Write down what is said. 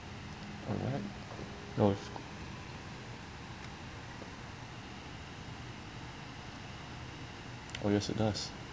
alright oh oh yes it does